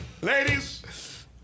ladies